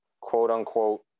quote-unquote